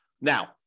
Now